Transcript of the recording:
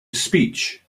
speech